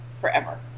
forever